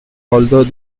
although